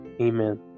Amen